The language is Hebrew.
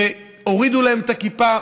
הורידו להם את הכיפה,